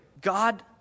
God